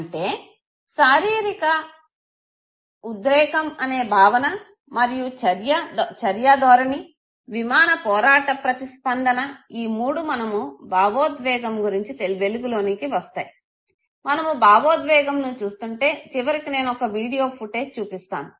అంటే శారీరక ఉద్రేకం అనే భావన మరియు చర్య ధోరణి విమాన పోరాట ప్రతిస్పందన ఈ మూడు మనము భావోద్వేగం గురించి వెలుగులోనికి వస్తాయి మనము భావోద్వేగంను చూస్తుంటే చివరికి నేను ఒక వీడియో ఫుటేజ్ చూపిస్తాను